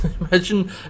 imagine